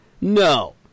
No